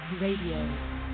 Radio